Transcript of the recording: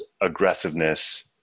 aggressiveness